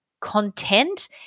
content